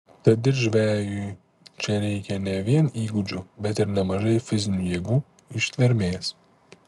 tad ir žvejui čia reikia ne vien įgūdžių bet ir nemažai fizinių jėgų ištvermės